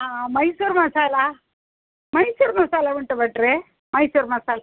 ಹಾಂ ಮೈಸೂರು ಮಸಾಲ ಮೈಸೂರು ಮಸಾಲ ಉಂಟ ಭಟ್ರೆ ಮೈಸೂರು ಮಸಾಲ